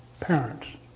parents